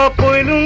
ah point